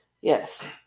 Yes